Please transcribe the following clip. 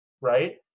right